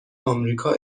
آمریکا